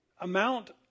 amount